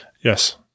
Yes